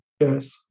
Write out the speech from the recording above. yes